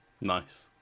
Nice